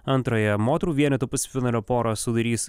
antrąją moterų vienetų pusfinalio porą sudarys